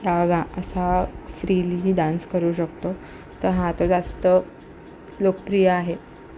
हा जा असा फ्रीली डान्स करू शकतो तर हा तर जास्त लोकप्रिय आहे